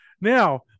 Now